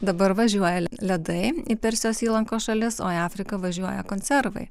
dabar važiuoja ledai į persijos įlankos šalis o į afriką važiuoja konservai